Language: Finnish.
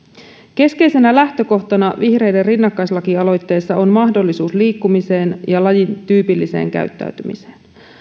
keskeisenä lähtökohtana vihreiden rinnakkaislakialoitteessa on mahdollisuus liikkumiseen ja lajityypilliseen käyttäytymiseen